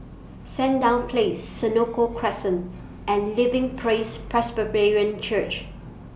Sandown Place Senoko Crescent and Living Praise Presbyterian Church